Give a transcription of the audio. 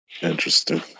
Interesting